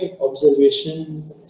observation